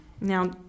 now